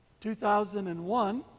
2001